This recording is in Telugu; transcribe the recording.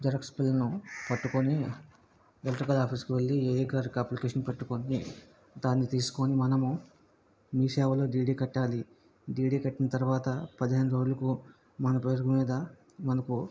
జిరాక్స్ బిల్ ను పట్టుకొని ఎలక్ట్రికల్ ఆఫీస్ కు వెళ్ళి ఏఈ గారికి అప్లికేషన్ పెట్టుకొని దాన్ని తీసుకొని మనము మీసేవలో డీడీ కట్టాలి డీడీ కట్టిన తరువాత పదిహేను రోజులకు మన పేరు మీద మనకు